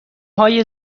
های